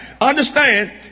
understand